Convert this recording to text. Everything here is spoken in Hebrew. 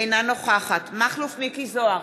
אינה נוכחת מכלוף מיקי זוהר,